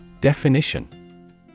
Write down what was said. Definition